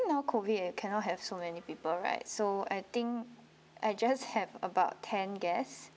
now COVID cannot have so many people right so I think I just have about ten guest